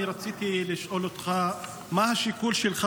אני רציתי לשאול אותך: מה השיקול שלך